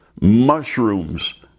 mushrooms